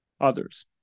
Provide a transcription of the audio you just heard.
others